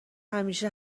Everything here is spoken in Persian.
همیشه